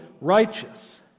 righteous